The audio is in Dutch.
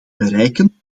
bereiken